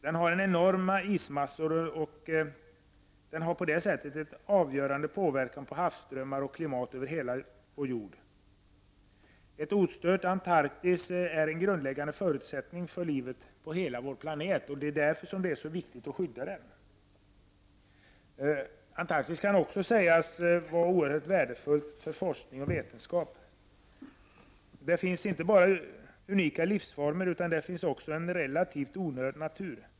Den har enorma ismassor, och den har på avgörande sätt påverkan på havsströmmar och klimatet på hela jorden. Ett ostört Antarktis är en grundläggande förutsättning för livet på hela vår planet. Därför är det viktigt att skydda det. Antarktis kan också sägas vara oerhört värdefullt för forskning och vetenskap. Där finns inte bara unika livsformer utan där finns också en relativt orörd natur.